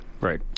Right